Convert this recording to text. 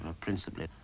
principally